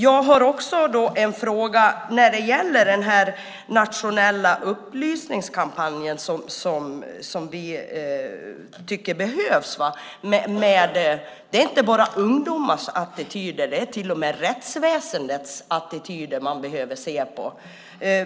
Jag vill också ta upp den nationella upplysningskampanj som vi tycker behövs. Det är inte bara ungdomars utan till och med rättsväsendets attityder man behöver titta på.